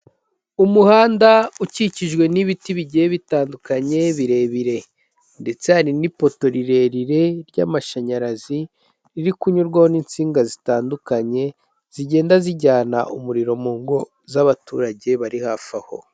Umuhanda ukikijwe n'ibiti bigiye bitandukanye birebire, ndetse hari n'ipoto rirerire ry'amashanyarazi, riri kunyurwaho n'insinga zitandukanye, zigenda zijyana umuriro mu ngo z'abaturage bari hafi aho.